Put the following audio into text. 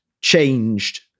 changed